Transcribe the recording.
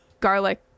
garlic